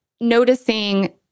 noticing